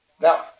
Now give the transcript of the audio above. Now